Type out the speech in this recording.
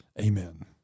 amen